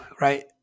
Right